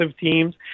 teams